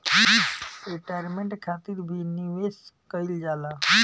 retirement खातिर भी निवेश कईल जाला